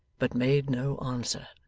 but made no answer.